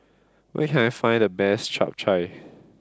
where can I find the best Chap Chai